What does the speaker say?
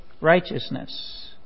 righteousness